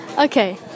Okay